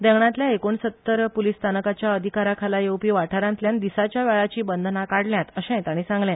देगणातल्या एकोणसत्तर पोलिस स्थानकाच्या अधिकाराखाला येवपी वाठारातल्यान दिसाच्या वेळाची बंधना काडल्यात अशेंय ताणी सांगले